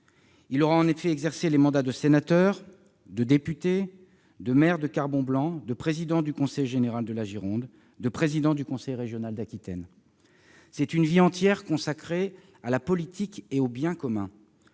Il aura en effet exercé les mandats de sénateur, député, maire de Carbon-Blanc, président du conseil général de la Gironde et président du conseil régional d'Aquitaine. C'est une vie entière consacrée à la politique et au bien commun